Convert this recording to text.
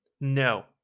no